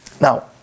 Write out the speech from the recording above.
Now